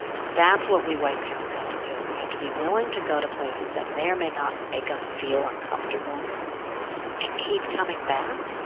and that's what we white parents have to do. we have to be willing to go to places that may or may not make us feel uncomfortable and keep coming back,